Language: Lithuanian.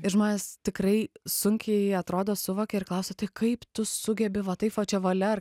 ir žmonės tikrai sunkiai atrodo suvokia ir klausia tai kaip tu sugebi va taip va čia valia ar